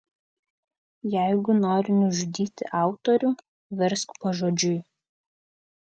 jeigu nori nužudyti autorių versk pažodžiui